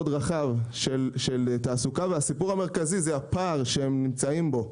רחב של תעסוקה והסיפור המרכזי הוא הפער שהם נמצאים בו.